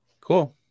cool